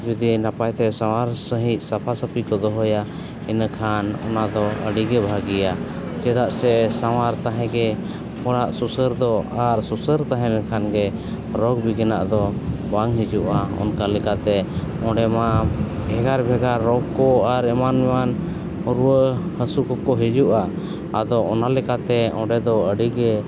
ᱡᱩᱫᱤ ᱱᱟᱯᱟᱭ ᱛᱮ ᱥᱟᱶᱟᱨ ᱥᱟᱺᱦᱤᱡ ᱥᱟᱯᱷᱟ ᱥᱟᱹᱯᱷᱤ ᱠᱚ ᱫᱚᱦᱚᱭᱟ ᱤᱱᱟᱹᱠᱷᱟᱱ ᱚᱱᱟᱫᱚ ᱟᱹᱰᱤ ᱜᱮ ᱵᱷᱟᱹᱜᱤᱭᱟ ᱪᱮᱫᱟᱜ ᱥᱮ ᱥᱟᱶᱟᱨ ᱛᱟᱦᱮᱸ ᱜᱮ ᱚᱲᱟᱜ ᱥᱩᱥᱟᱹᱨ ᱫᱚ ᱟᱨ ᱥᱩᱥᱟᱹᱨ ᱛᱟᱦᱮᱸ ᱞᱮᱱᱠᱷᱟᱱ ᱜᱮ ᱨᱳᱜᱽ ᱵᱤᱜᱷᱤᱱᱟᱜ ᱫᱚ ᱵᱟᱝ ᱦᱤᱡᱩᱜᱼᱟ ᱚᱱᱠᱟ ᱞᱮᱠᱟᱛᱮ ᱚᱸᱰᱮ ᱢᱟ ᱵᱷᱮᱜᱟᱨ ᱵᱷᱮᱜᱟᱨ ᱨᱳᱜᱽ ᱠᱚ ᱟᱨ ᱮᱢᱟᱱ ᱮᱢᱟᱱ ᱨᱩᱣᱟᱹ ᱦᱟᱹᱥᱩ ᱠᱚᱠᱚ ᱦᱤᱡᱩᱜᱼᱟ ᱟᱫᱚ ᱚᱱᱟ ᱞᱮᱠᱟᱛᱮ ᱚᱸᱰᱮ ᱫᱚ ᱟᱹᱰᱤᱜᱮ